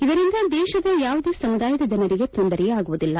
ಇದರಿಂದ ದೇಶದ ಯಾವುದೇ ಸಮುದಾಯದ ಜನರಿಗೆ ತೊಂದರೆಯಾಗುವುದಿಲ್ಲ